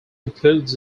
includes